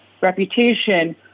reputation